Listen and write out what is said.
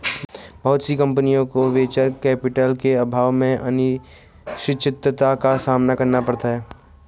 बहुत सी कम्पनियों को वेंचर कैपिटल के अभाव में अनिश्चितता का सामना करना पड़ता है